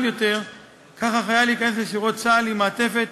יותר כך החייל ייכנס לשורות צה"ל עם מעטפת